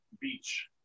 Beach